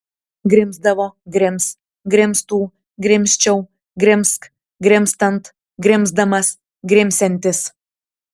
grimzdavo grims grimztų grimzčiau grimzk grimztant grimzdamas grimsiantis